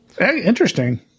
Interesting